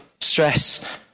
stress